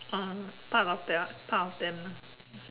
um part of their part of them lah